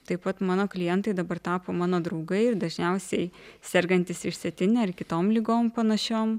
taip pat mano klientai dabar tapo mano draugai ir dažniausiai sergantys išsėtine ar kitom ligom panašiom